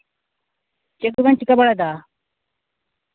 ᱪᱮᱫ ᱠᱚᱵᱮᱱ ᱪᱤᱠᱟᱹ ᱵᱟᱲᱟᱭᱫᱟ